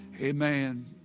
Amen